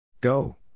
Go